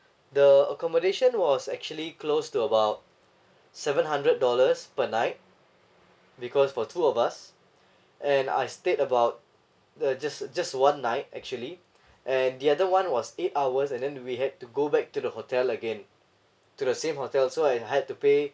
the accommodation was actually close to about seven hundred dollars per night because for two of us and I stayed about the just just one night actually and the other one was eight hours and then we had to go back to the hotel again to the same hotel so I had to pay